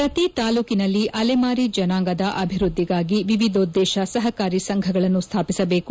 ಪ್ರತಿ ತಾಲೂಕಿನಲ್ಲಿ ಅಲೆಮಾರಿ ಜನಾಂಗದ ಅಭಿವೃದ್ಧಿಗಾಗಿ ವಿವಿಧೋದ್ದೇಶ ಸಹಕಾರಿ ಸಂಘಗಳನ್ನು ಸ್ಥಾಪಿಸಬೇಕು